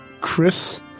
Chris